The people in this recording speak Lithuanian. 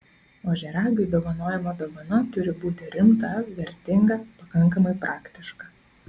ožiaragiui dovanojama dovana turi būti rimta vertinga pakankamai praktiška